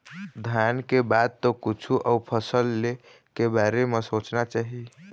धान के बाद तो कछु अउ फसल ले के बारे म सोचना चाही